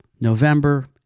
November